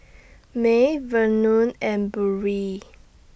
May Vernon and Burrel